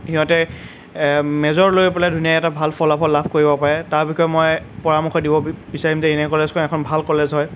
সিহঁতে মেজৰ লৈ পেলাই ধুনীয়াকৈ ভাল ফলাফল লাভ কৰিব পাৰে তাৰ বিষয়ে মই পৰামৰ্শ দিব বিচাৰিম যে এনএল কলেজখন এখন ভাল কলেজ হয়